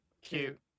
Cute